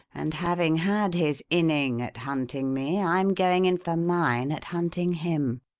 and having had his inning at hunting me, i'm going in for mine at hunting him.